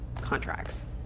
contracts